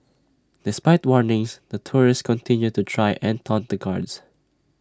despite warnings the tourists continued to try and taunt the guards